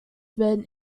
werden